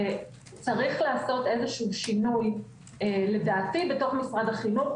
צריך לעשות שינוי לדעתי בתוך משרד החינוך.